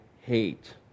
hate